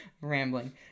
Rambling